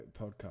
podcast